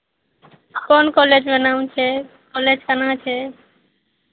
कोन कॉलेजमे नाम छै कॉलेज केना छै